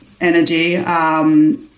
energy